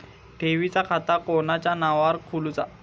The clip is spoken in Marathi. ठेवीचा खाता कोणाच्या नावार खोलूचा?